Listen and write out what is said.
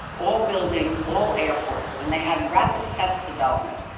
all buildings, all airports. and they had rapid test development.